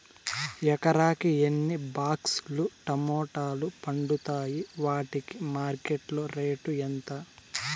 ఎకరాకి ఎన్ని బాక్స్ లు టమోటాలు పండుతాయి వాటికి మార్కెట్లో రేటు ఎంత?